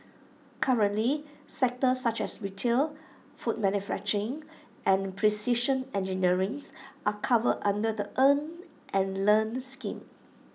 currently sectors such as retail food manufacturing and precision engineering's are covered under the earn and learn scheme